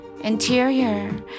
interior